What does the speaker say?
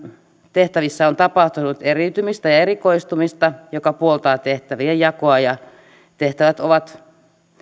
tehtävissä on tapahtunut eriytymistä ja erikoistumista mikä puoltaa tehtävien jakoa ja tehtävät ovat